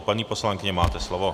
Paní poslankyně, máte slovo.